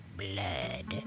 blood